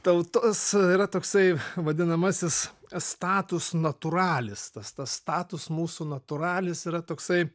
tautos yra toksai vadinamasis status naturalis tas tas status mūsų naturalis yra toksai